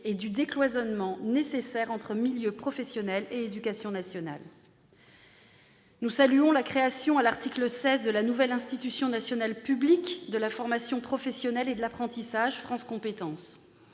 et du décloisonnement nécessaire entre milieu professionnel et éducation nationale. Nous saluons la création, à l'article 16, de la nouvelle institution nationale publique de la formation professionnelle et de l'apprentissage : France compétences.